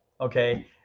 Okay